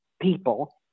people